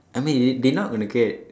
I mean they they not gonna care